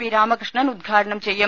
P Ramakrishnan ഉദ്ഘാടനം ചെയ്യും